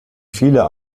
vieler